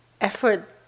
effort